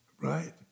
right